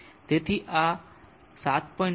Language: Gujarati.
તેથી આ આ 7